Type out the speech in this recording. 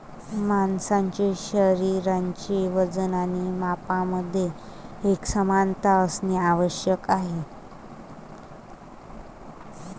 माणसाचे शरीराचे वजन आणि मापांमध्ये एकसमानता असणे आवश्यक आहे